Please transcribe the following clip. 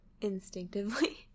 instinctively